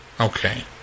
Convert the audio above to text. Okay